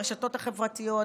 ברשתות החברתיות,